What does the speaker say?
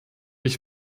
ich